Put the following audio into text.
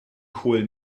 kohl